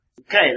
Okay